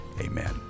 Amen